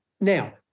now